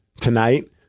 Tonight